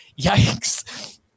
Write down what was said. yikes